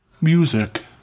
Music